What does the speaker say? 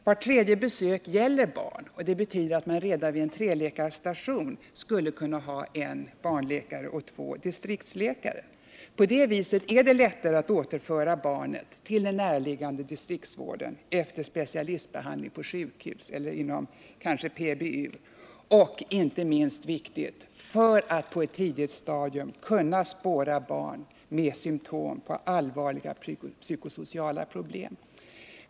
Vart tredje besök gäller barn, vilket betyder att man redan vid en treläkarstation skulle kunna ha en barnläkare och två distriktsläkare. På det viset är det lättare att återföra barnet till den närliggande distriktsvården efter specialistbehandling på sjukhus eller kanske inom PBU. Inte minst viktigt är att man på ett tidigt stadium kan spåra barn med symtom på allvarliga psykosociala problem.